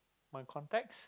my contacts